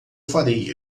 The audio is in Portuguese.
farei